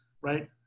right